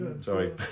sorry